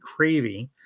Cravey